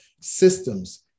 systems